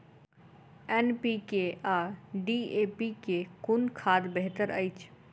NPK आ DAP मे कुन खाद बेहतर अछि?